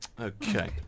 Okay